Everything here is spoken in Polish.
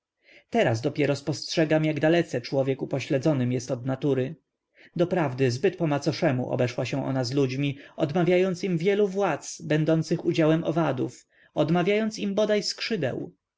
teraz dopiero spostrzegam jak dalece człowiek upośledzonym jest od natury doprawdy zbyt po macoszemu obeszła się ona z ludźmi odmawiając im wielu władz będących udziałem owadów odmawiając im bodaj skrzydeł